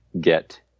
get